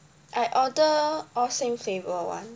I order all same flavour [one]